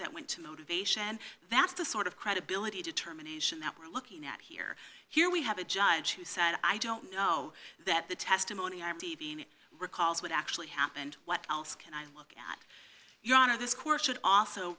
that went to motivation and that's the sort of credibility determination that we're looking at here here we have a judge who said i don't know that the testimony i'm t v in recalls what actually happened what else can i look at your honor this court should also